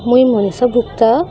ମୁଇଁ ମନୀଷା ବୁକ୍ତ